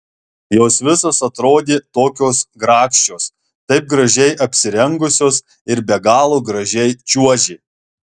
jos visos atrodė tokios grakščios taip gražiai apsirengusios ir be galo gražiai čiuožė